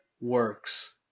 works